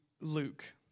Luke